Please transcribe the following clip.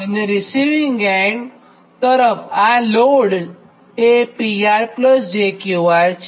અને receiving end તરફ આ લોડ એ PRjQR છે